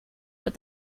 but